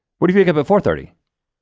what do you wake up at four thirty?